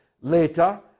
later